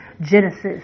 Genesis